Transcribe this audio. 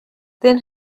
then